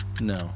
no